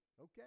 Okay